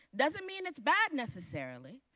doesn't mean it's bad, necessarily.